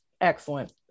excellent